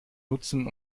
nutzen